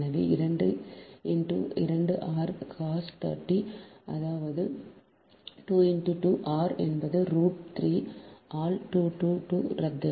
எனவே 2 × 2 r cos 30 அதாவது 2 × 2 r என்பது ரூட் 3 ஆல் 2 2 2 ரத்து